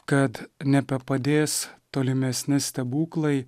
kad nebepadės tolimesni stebuklai